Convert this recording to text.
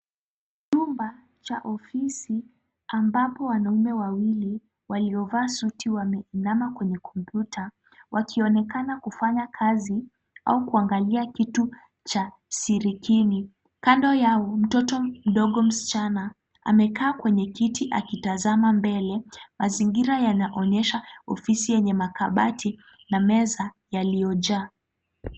Chumba cha ofisi ambapo wanaume wawili waliovaa suti wameinama kwenye komputa wakionekana kufanya kazi au kuangalia kitu cha siriking'i. Kando yao mtoto mdogo msichana, amekaa kwenye kiti akitazama mbele. Mazingira yanaonyesha ofisi yenye makabati na meza yaliyojaa.